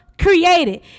created